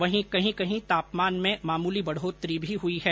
वहीं कहीं कहीं तापमान में मामूली बढ़ोतरी भी हुई है